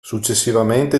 successivamente